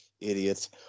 idiots